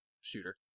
shooter